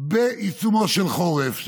בעיצומו של חורף,